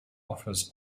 offers